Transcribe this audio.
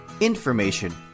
information